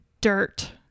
dirt